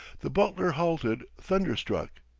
the butler halted, thunderstruck.